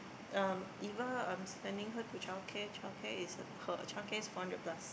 um Eva um sending her to child care child care is about child care is four hundred plus